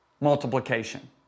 multiplication